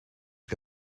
que